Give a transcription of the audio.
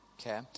okay